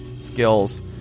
skills